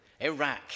Iraq